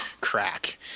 crack